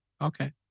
Okay